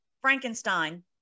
Frankenstein